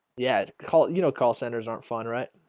yeah, call it you know call centers aren't fun, right?